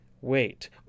Wait